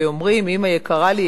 ואומרים "אמא יקרה לי,